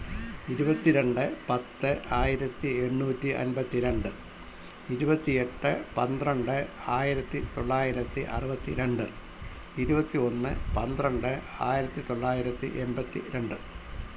ഇരുപത്തിരണ്ട് പത്ത് ആയിരത്തി എണ്ണൂറ്റി അൻപത്തി രണ്ട് ഇരുപത്തി എട്ട് പന്ത്രണ്ട് ആയിരത്തി തൊള്ളായിരത്തി അറുപത്തിരണ്ട് ഇരുപത്തി ഒന്ന് പന്ത്രണ്ട് ആയിരത്തി തൊള്ളായിരത്തി എൺപത്തി രണ്ട്